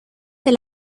del